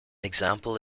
example